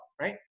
right